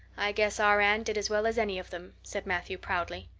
i guess our anne did as well as any of them, said matthew proudly.